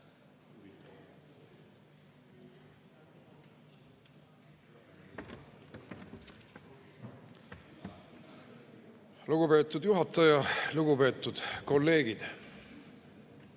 Lugupeetud juhataja! Lugupeetud kolleegid!